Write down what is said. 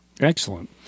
Excellent